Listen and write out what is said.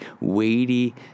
weighty